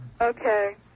Okay